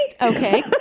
Okay